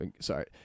Sorry